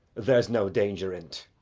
there's no danger in't.